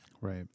Right